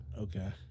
Okay